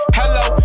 hello